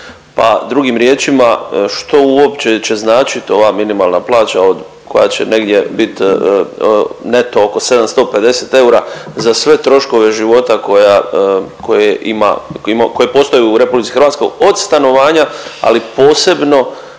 drugim riječima što uopće će značit ova minimalna plaća koja će negdje bit neto oko 750 eura za sve troškove života koje postoje u RH od stanovanja, ali posebno